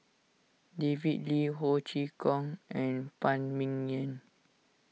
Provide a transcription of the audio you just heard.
David Lee Ho Chee Kong and Phan Ming Yen